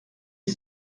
est